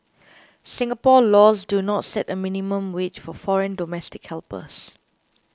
Singapore laws do not set a minimum wage for foreign domestic helpers